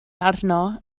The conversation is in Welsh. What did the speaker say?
arno